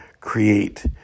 create